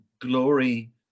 glory